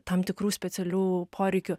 tam tikrų specialių poreikių